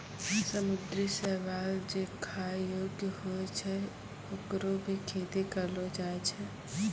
समुद्री शैवाल जे खाय योग्य होय छै, होकरो भी खेती करलो जाय छै